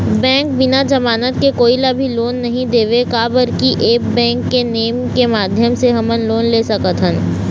Bank बिना जमानत के कोई ला भी लोन नहीं देवे का बर की ऐप बैंक के नेम के माध्यम से हमन लोन ले सकथन?